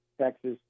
Texas